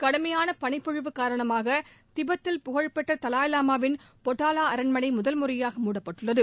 கடுமையான பளிப்பொழிவு காரணமாக திபெத்தில் புகழ் பெற்ற தலாய் லாமாவின் பொட்டாலா அரண்மனை முதல்முறையாக மூடப்பட்டுள்ளது